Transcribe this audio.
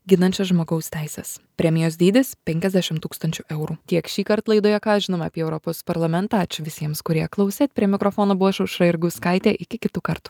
ginančias žmogaus teises premijos dydis penkiasdešim tūkstančių eurų tiek šįkart laidoje ką žinom apie europos parlamentą ačiū visiems kurie klausėt prie mikrofono buvau aš aušra jurgauskaitė iki kitų kartų